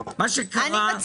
מה שקרה זה